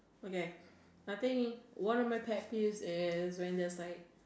okay I think one of my pet peeves is when there's like